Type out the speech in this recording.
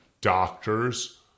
doctors